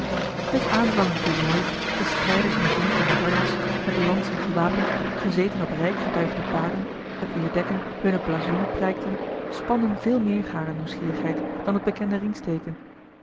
het aanvangend tournooi de strijders in het blinkende harnas met lansen gewapend gezeten op rijk getuigde paarden op wier dekken hunne blazoenen prijkten spanden veel meer hare nieuwsgierigheid dan het bekende ringsteken